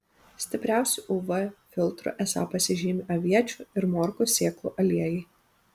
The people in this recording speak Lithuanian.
stipriausiu uv filtru esą pasižymi aviečių ir morkų sėklų aliejai